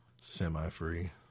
Semi-free